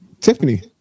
Tiffany